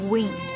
Wind